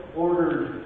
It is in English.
ordered